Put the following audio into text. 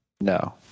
No